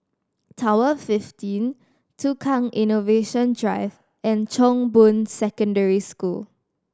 Tower Fifteen Tukang Innovation Drive and Chong Boon Secondary School